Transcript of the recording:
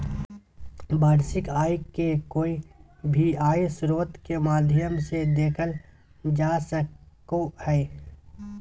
वार्षिक आय के कोय भी आय स्रोत के माध्यम से देखल जा सको हय